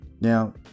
Now